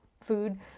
food